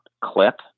clip